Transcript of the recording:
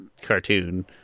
cartoon